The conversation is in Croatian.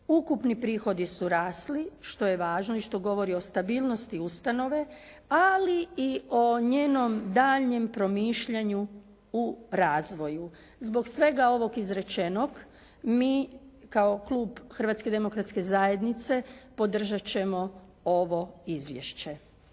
Ukupni prihodi su rasli što je važno i što govori o stabilnosti ustanove ali i o njenom daljnjem promišljanju o razvoju. Zbog svega ovog izrečenog mi kao Klub Hrvatske demokratske zajednice podržat ćemo ovo izvješće.